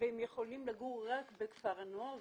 הם יכולים לגור רק בכפר הנוער.